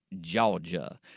Georgia